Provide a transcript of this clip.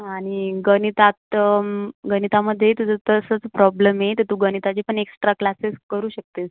आणि गणितात गणितामध्येही तुझं तसंच प्रॉब्लेम आहे तर तू गणिताचे पण एक्स्ट्रा क्लासेस करू शकतेस